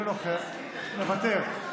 מוותר,